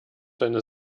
deine